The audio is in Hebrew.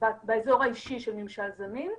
זה מתחיל בחלק מהמקרים משמירת היריון ועד למצב